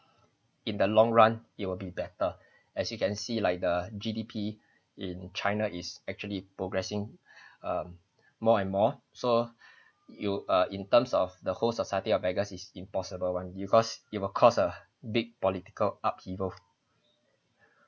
in the long run it will be better as you can see like the G_D_P in china is actually progressing um more and more so you uh in terms of the whole society of beggars is impossible [one] because it will cause a big political upheaval